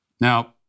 Now-